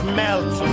melt